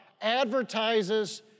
advertises